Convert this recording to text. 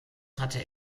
hatte